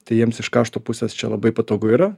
tai jiems iš kaštų pusės čia labai patogu yra